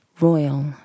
royal